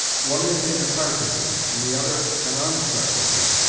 one they think a sartainty, and the other an onsartainty.